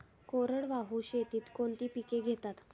कोरडवाहू शेतीत कोणती पिके घेतात?